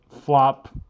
flop